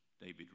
David